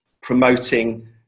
promoting